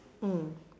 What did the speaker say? mm